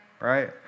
right